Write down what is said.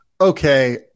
okay